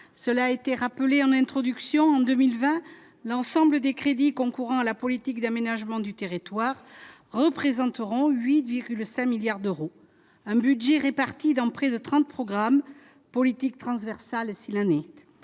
cela a été rappelé en introduction, en 2020, l'ensemble des crédits concourant à la politique d'aménagement du territoire représenteront 8,5 milliards d'euros, un budget répartis dans près de 30 programme politique transversale, si l'année